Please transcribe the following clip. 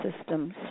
systems